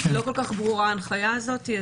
ולא כל כך ברורה הנחיה הזאת.